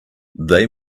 they